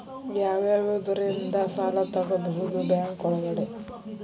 ಯಾವ್ಯಾವುದರಿಂದ ಸಾಲ ತಗೋಬಹುದು ಬ್ಯಾಂಕ್ ಒಳಗಡೆ?